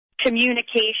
communication